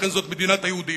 לכן זאת מדינת היהודים,